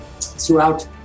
throughout